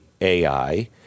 AI